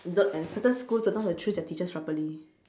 the and certain schools don't know how to choose their teachers properly